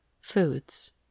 foods